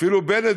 אפילו בנט,